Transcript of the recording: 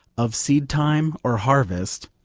of seed-time or harvest,